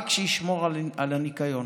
רק שישמור על הניקיון,